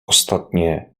ostatně